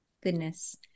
Goodness